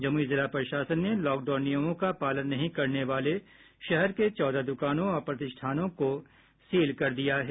जमुई जिला प्रशासन ने लॉकडाउन नियमों का पालन नहीं करने वाले शहर के चौदह दुकानों और प्रतिष्ठानों को सील कर दिया है